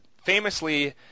Famously